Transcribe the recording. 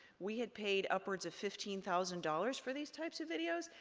we had paid upwards of fifteen thousand dollars for these types of videos,